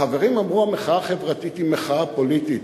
החברים אמרו: המחאה החברתית היא מחאה פוליטית.